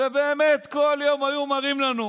ובאמת כל יום היו מראים לנו